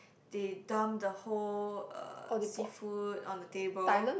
they dumped the whole uh seafood on the table